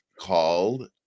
called